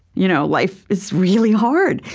you know life is really hard.